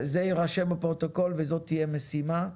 זה יירשם בפרוטוקול וזאת תהיה משימה.